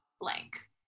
blank